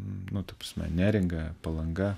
nu ta prasme neringa palanga